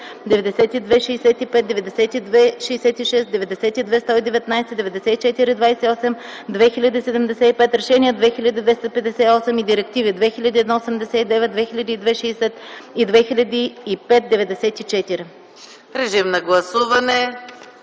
режим на гласуване.